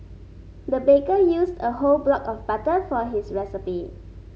the baker used a whole block of butter for this recipe